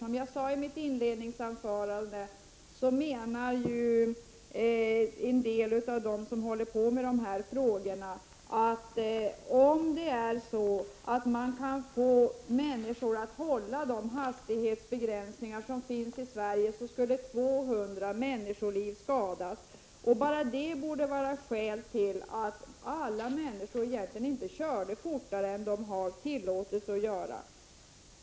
Som jag sade i mitt inledningsanförande menar en del av dem som håller på med de här frågorna att om man kan få människor att hålla de hastighetsgränser som gäller i Sverige, skulle 200 människoliv sparas. Bara det borde vara skäl till att alla människor inte körde fortare än de har tillåtelse att göra.